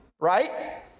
right